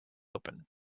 open